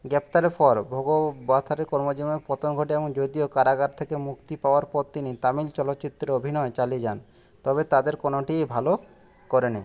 গ্রেপ্তারের পর ভগবাথারের কর্মজীবনের পতন ঘটে এবং যদিও কারাগার থেকে মুক্তি পাওয়ার পর তিনি তামিল চলচ্চিত্রে অভিনয় চালিয়ে যান তবে তাদের কোনোটিই ভালো করেনি